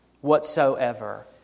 whatsoever